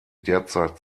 derzeit